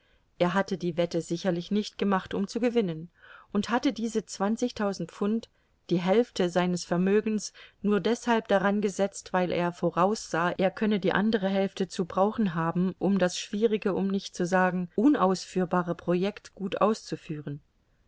er hatte die wette sicherlich nicht gemacht um zu gewinnen und hatte diese zwanzigtausend pfund die hälfte seines vermögens nur deshalb daran gesetzt weil er voraus sah er könne die andere hälfte zu brauchen haben um das schwierige um nicht zu sagen unausführbare project gut auszuführen